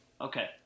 okay